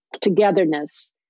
togetherness